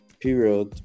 period